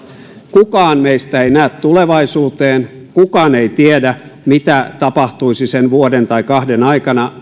kukaan meistä ei näe tulevaisuuteen kukaan ei tiedä mitä tapahtuisi sen vuoden tai kahden aikana